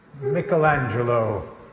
Michelangelo